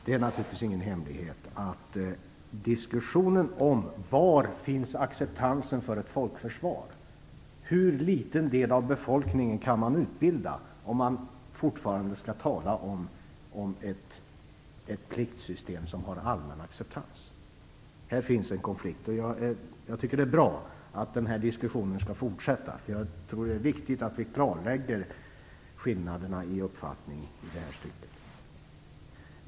Det är naturligtvis ingen hemlighet att det förekommer en diskussion om var gränsen för ett folkförsvar går. Hur liten del av befolkningen kan man utbilda om man fortfarande skall tala om ett pliktsystem som har allmän acceptans? Här finns en konflikt. Jag tycker att det är bra att den diskussionen skall fortsätta. Jag tror att det är viktigt att vi klarlägger skillnaderna i uppfattning i det här avseendet.